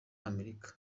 amerika